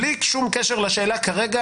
בלי שום קשר לשאלה כרגע,